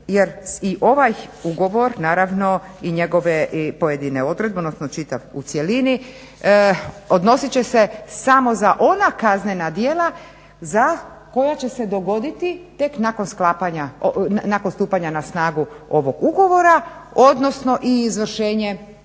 jer i ovaj ugovor naravno i njegove pojedine odredbe odnosno čitav u cjelini odnosit će se samo za ona kaznena djela za koja će dogoditi tek nakon stupanja na snagu ovog ugovora odnosno i izvršenje kazne.